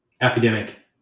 academic